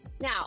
Now